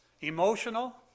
emotional